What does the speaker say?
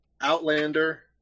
Outlander